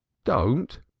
don't!